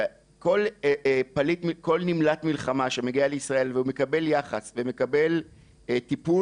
כל נמלט מלחמה שמגיע לישראל והוא מקבל יחס והוא מקבל טיפול,